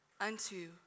unto